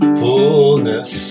fullness